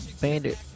Bandit